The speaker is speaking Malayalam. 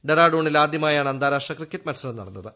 ഡെറാഡൂണിൽ ആദ്യമായാണ് അന്താരാഷ്ട്ര ക്രിക്കറ്റ് മത്സരം നടന്നത്